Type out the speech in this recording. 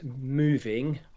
moving